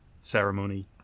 ceremony